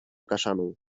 kaszaną